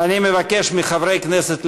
מבקש מחברי הכנסת,